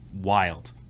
wild